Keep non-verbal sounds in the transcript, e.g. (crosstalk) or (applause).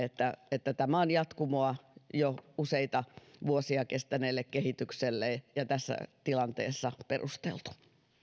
(unintelligible) että että tämä on jatkumoa jo useita vuosia kestäneelle kehitykselle ja tässä tilanteessa perusteltu